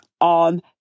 on